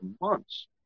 months